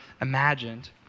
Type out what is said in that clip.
imagined